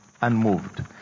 unmoved